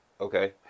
Okay